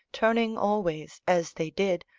turning always, as they did,